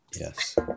yes